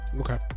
Okay